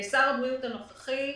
שר הבריאות הנוכחי,